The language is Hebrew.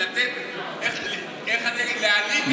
להעלים את,